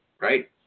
Right